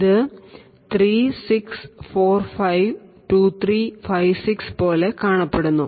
ഇത് 36452356 പോലെ കാണപ്പെടുന്നു